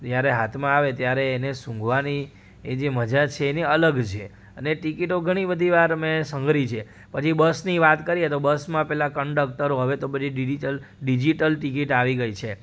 જ્યારે હાથમાં આવે ત્યારે એને સૂંઘવાની એ જે મજા છે એને અલગ છે અને ટિકિટો ઘણી બધી વાર મેં સંગ્રહી છે પછી બસની વાત કરીએ તો બસમાં પેલા કંડક્ટરો હવે તો બધી ડિડિટલ ડિજિટલ ટિકિટ આવી ગઈ છે